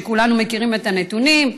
וכולנו מכירים את הנתונים,